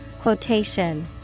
quotation